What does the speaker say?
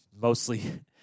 mostly